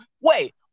Wait